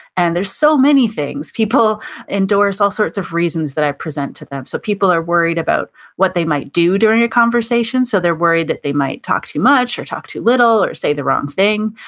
and there's so many things. people endorse all sorts of reasons that i present to them. so, people are worried about what they might do during a conversation. so, they're worried that they might talk too much or talk too little or say the wrong thing.